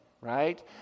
right